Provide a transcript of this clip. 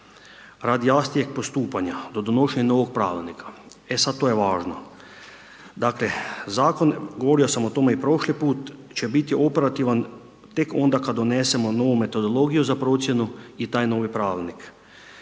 radi jasnijeg postupanja do donošenja novog pravilnika. E sad to je važno, dakle zakon, govorio sam o tome i prošli put će biti operativan tek onda kad donesemo novu metodologiju za procjenu i taj novi pravilnik.